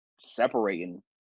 separating